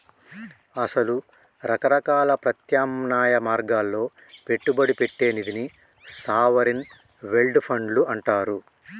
అసలు రకరకాల ప్రత్యామ్నాయ మార్గాల్లో పెట్టుబడి పెట్టే నిధిని సావరిన్ వెల్డ్ ఫండ్లు అంటారు